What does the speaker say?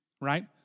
right